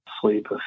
sleep